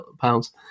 pounds